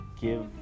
give